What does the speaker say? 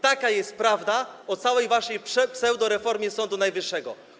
Taka jest prawda o całej waszej pseudoreformie Sądu Najwyższego.